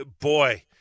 Boy